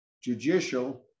judicial